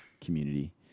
community